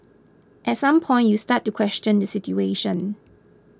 at some point you start to question the situation